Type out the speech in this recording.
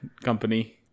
company